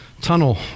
tunnel